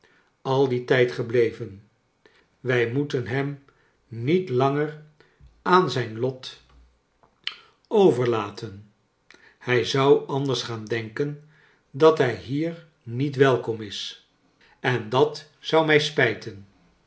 al dien tijd gebleven wij moeten hem niet langer aan zijn lot kleine doehit overlaten hij zou anders gaan denken dat hij hier niet welkom is en dat zou mij spijten